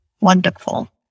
wonderful